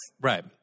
Right